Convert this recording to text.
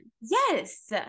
yes